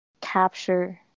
capture